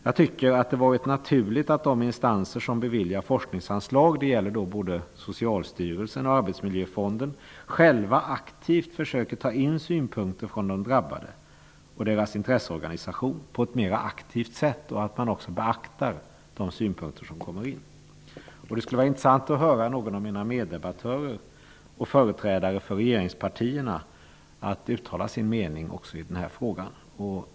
Jag tycker att det är naturligt att de instanser som beviljar forskningsanslag -- det gäller både Socialstyrelsen och Arbetsmiljöfonden -- själva aktivt försöker ta in synpunkter från de drabbade och deras intresseorganisationer och också beaktar de synpunkter som kommer fram. Det skulle vara intressant att höra någon av mina meddebattörer och företrädare för regeringspartierna uttala sin mening i den här frågan.